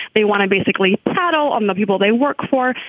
they want to basically tattle on the people they work for.